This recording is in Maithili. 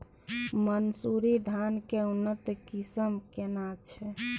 मानसुरी धान के उन्नत किस्म केना छै?